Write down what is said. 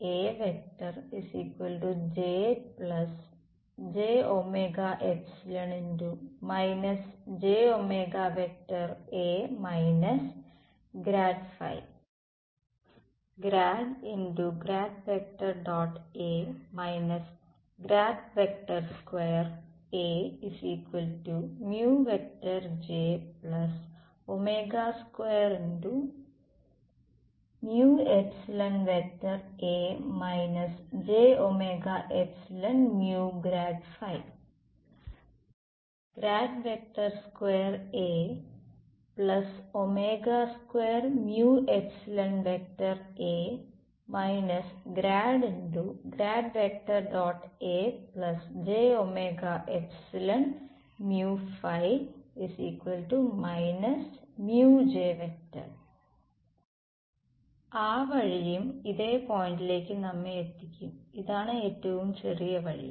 അതിനാൽ ആ വഴിയും ഇതേ പോയിന്റിലേക്ക് നമ്മെ എത്തിക്കും ഇതാണ് ഏറ്റവും ചെറിയ വഴി